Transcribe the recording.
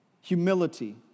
humility